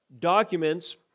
documents